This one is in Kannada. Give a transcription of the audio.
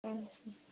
ಹಾಂ ಸರ್